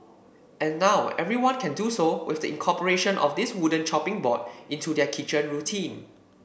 and now everyone can do so with the incorporation of this wooden chopping board into their kitchen routine